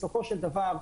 בסופו של דבר,